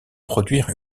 produire